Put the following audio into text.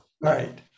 Right